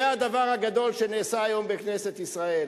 זה הדבר הגדול שנעשה היום בכנסת ישראל.